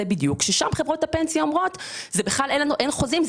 בדיוק ושם חברות הפנסיה אומרות שאין חוזים,